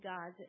God